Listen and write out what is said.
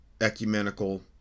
ecumenical